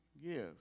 give